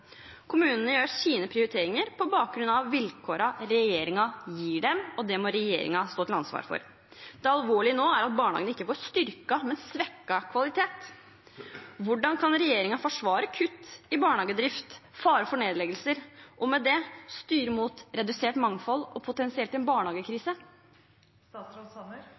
Kommunene gjør sine prioriteringer på bakgrunn av vilkårene regjeringen gir dem, og det må regjeringen stå til ansvar for. Det alvorlige nå er at barnehagene ikke får styrket, men svekket kvalitet. Hvordan kan regjeringen forsvare kutt i barnehagedrift, fare for nedleggelser og med det styre mot redusert mangfold og potensielt en